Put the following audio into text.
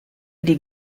die